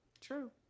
True